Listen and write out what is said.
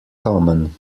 common